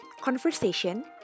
conversation